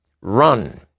run